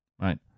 right